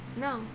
No